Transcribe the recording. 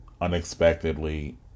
unexpectedly